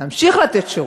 נמשיך לתת שירות.